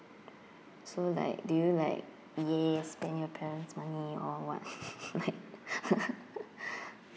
so like do you like !yay! spend your parents' money or what like